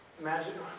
Imagine